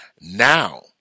Now